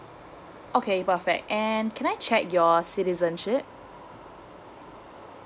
okay perfect and can I check your citizenship